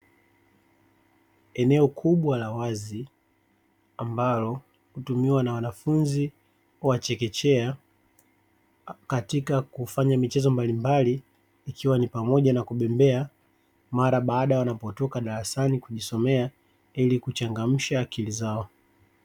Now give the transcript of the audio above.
Eneo kubwa la wazi ambalo hutumiwa na wanafunzi wa chekechea katika kufanya michezo mbalimbali, ikiwa ni pamoja na kubembea mara baada ya kutoka darasani kujisomea ilikuchangamsha akili zao.